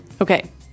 Okay